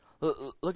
Look